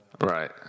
Right